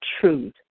truth